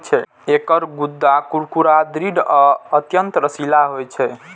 एकर गूद्दा कुरकुरा, दृढ़ आ अत्यंत रसीला होइ छै